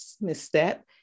misstep